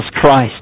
Christ